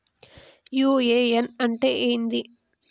UAN అంటే ఏంది?